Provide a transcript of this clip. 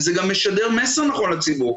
זה גם משדר מסר נכון לציבור,